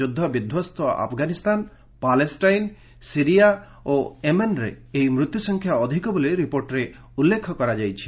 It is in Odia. ଯୁଦ୍ଧ ବିଧ୍ୱସ୍ତ ଆଫଗାନିସ୍ଥାନ ପାଲେଷ୍ଟାଇନ୍ ସିରିଆ ଓ ୟେମେନ୍ରେ ଏହି ମୃତ୍ୟୁସଂଖ୍ୟା ଅଧିକ ବୋଲି ରିପୋର୍ଟରେ ଉଲ୍ଲେଖ କରାଯାଇଛି